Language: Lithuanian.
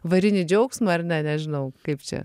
varinį džiaugsmą ar ne nežinau kaip čia